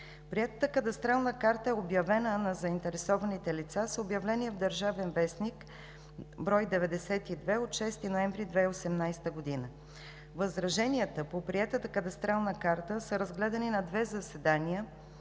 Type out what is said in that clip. Приетата кадастрална карта е обявена на заинтересованите лица с обявление в „Държавен вестник“, брой 92 от 6 ноември 2018 г. Възраженията по приетата кадастрална карта са разгледани на две заседания